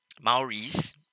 Maori's